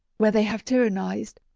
where they have tyranniz'd,